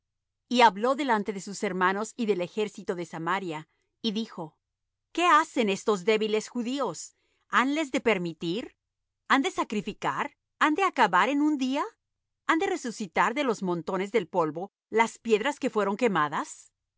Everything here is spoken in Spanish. y habló delante de sus hermanos y del ejército de samaria y dijo qué hacen estos débiles judíos hanles de permitir han de sacrificar han de acabar en un día han de resucitar de los montones del polvo las piedras que fueron quemadas